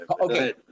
Okay